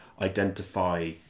identify